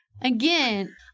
again